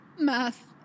Math